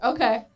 Okay